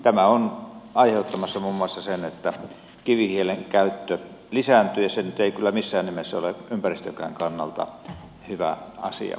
tämä on aiheuttamassa muun muassa sen että kivihiilen käyttö lisääntyy ja se nyt ei kyllä missään nimessä ole ympäristönkään kannalta hyvä asia